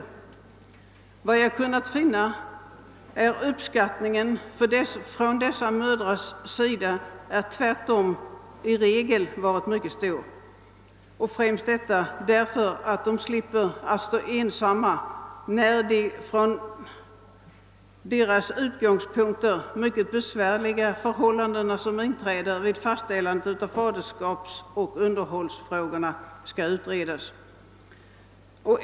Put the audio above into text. Såvitt jag har kunnat finna har tvärtom uppskattningen från dessa mödrars sida i regel varit mycket stor, främst därför att de slipper att stå ensamma under de från deras synpunkt mycket besvärliga förhållanden som inträder då faderskapsoch underhållsfrågorna skall utredas.